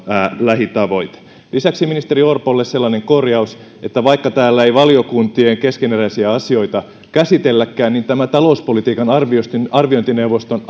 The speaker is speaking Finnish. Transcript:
lähitavoite lisäksi ministeri orpolle sellainen korjaus että vaikka täällä ei valiokuntien keskeneräisiä asioita käsitelläkään niin tämä talouspolitiikan arviointineuvoston